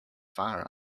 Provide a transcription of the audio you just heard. fire